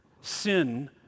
Sin